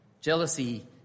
Jealousy